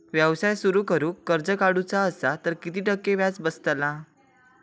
व्यवसाय सुरु करूक कर्ज काढूचा असा तर किती टक्के व्याज बसतला?